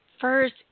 first